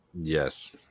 Yes